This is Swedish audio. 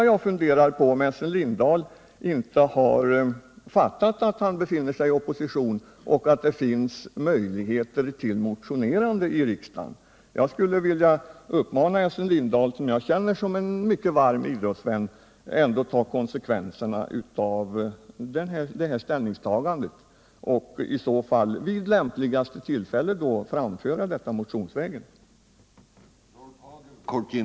Jag funderar på om Essen Lindahl inte har fattat att han befinner sig i opposition och att han har möjligheter att motionera i riksdagen. Jag skulle vilja uppmana Essen Lindahl, som jag känner som en mycket varm idrottsvän, att ändå ta konsekvenserna av sitt ställningstagande och vid lämpligt tillfälle väcka en motion i frågan.